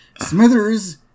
Smithers